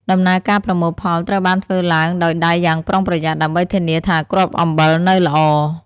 ដំណើរការប្រមូលផលត្រូវបានធ្វើឡើងដោយដៃយ៉ាងប្រុងប្រយ័ត្នដើម្បីធានាថាគ្រាប់អំបិលនៅល្អ។